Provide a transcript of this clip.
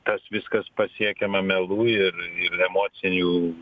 tas viskas pasiekiama melu ir ir emociniu